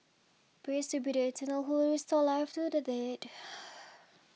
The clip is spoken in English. praise to be the Eternal who will restore life to the dead